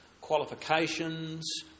qualifications